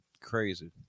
crazy